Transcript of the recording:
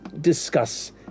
discuss